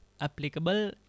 applicable